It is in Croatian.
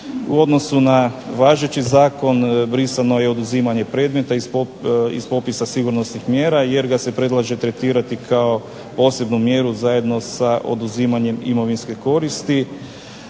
U odnosu na važeći Zakon brisano je oduzimanje predmeta iz popisa sigurnosnih mjera jer ga se predlaže tretirati kao posebnu mjeru zajedno sa oduzimanjem imovinske koristi